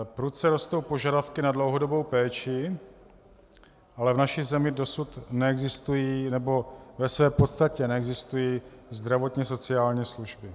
Prudce rostou požadavky na dlouhodobou péči, ale v naší zemi dosud neexistují, nebo ve své podstatě neexistují zdravotně sociální služby.